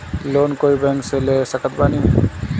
Loan कोई bank से ले सकत बानी?